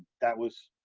that was,